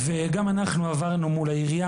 גם אנחנו עברנו מול העירייה,